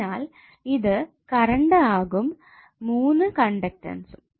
അതിനാൽ ഇത് കറണ്ട് ആകും 3 കണ്ടക്ടൻസ്സും